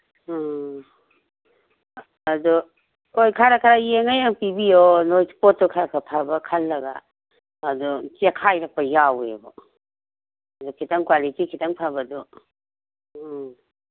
ꯎꯝ ꯑꯗꯨ ꯍꯣꯏ ꯈꯔ ꯈꯔ ꯌꯦꯡꯉ ꯍꯦꯛ ꯄꯤꯕꯤꯌꯣ ꯅꯣꯏ ꯄꯣꯠꯇꯨ ꯈꯔ ꯈꯔ ꯐꯕ ꯈꯜꯂꯒ ꯑꯗꯨ ꯆꯦꯈꯥꯏꯔꯛꯄ ꯌꯥꯎꯏꯕ ꯑꯗꯨ ꯈꯤꯇꯪ ꯀ꯭ꯋꯥꯂꯤꯇꯤ ꯈꯤꯇꯪ ꯐꯕꯗꯣ ꯎꯝ